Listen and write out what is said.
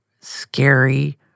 scary